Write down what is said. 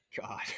God